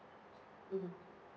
mmhmm